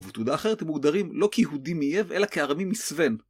ותודה אחרת אם מוגדרים לא כיהודי מייב אלא כארמי מסוון.